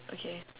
okay